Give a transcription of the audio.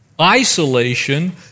isolation